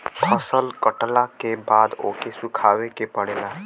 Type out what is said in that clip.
फसल कटला के बाद ओके सुखावे के पड़ेला